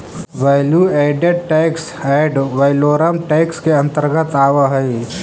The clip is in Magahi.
value added tax ad valorem tax के अंतर्गत आवऽ हई